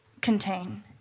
contain